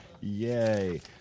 Yay